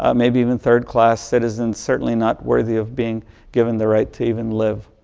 ah maybe even third-class citizen, certainly not worthy of being given the right to even live.